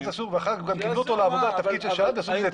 גם קיבלו אותו לעבודה לתפקיד של שרת ויעשו מזה צימעס.